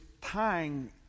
tying